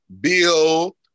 Bill